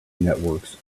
networks